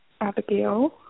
Abigail